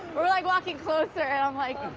like walking closer and i'm like.